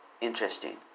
interesting